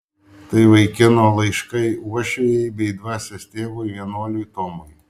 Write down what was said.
tai vaikino laiškai uošvei bei dvasios tėvui vienuoliui tomui